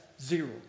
Zero